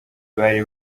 bari